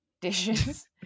dishes